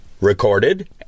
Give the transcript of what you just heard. recorded